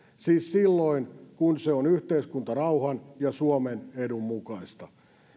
siis silloin kun se on yhteiskuntarauhan ja suomen edun mukaista